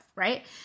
right